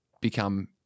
become